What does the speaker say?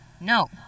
No